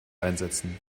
einsetzen